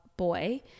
boy